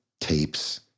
tapes